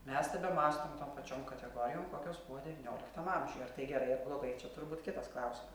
mes tebemąstom tom pačiom kategorijom kokios buvo devynioliktam amžiuj ar tai gerai ar blogai čia turbūt kitas klausimas